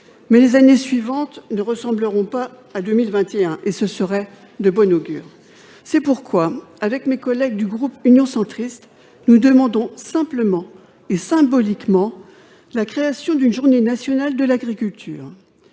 ! Les années suivantes ne ressembleront pas à 2021, et c'est heureux. C'est pourquoi, avec mes collègues du groupe Union Centriste, nous demandons simplement et symboliquement la création d'une journée nationale de l'agriculture.